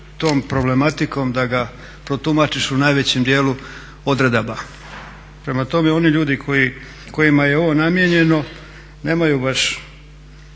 tom problematikom da ga protumačiš u najvećem djelu odredaba. Prema tome, oni ljudi kojima je ovo namijenjeno nemaju baš